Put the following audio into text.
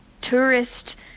tourist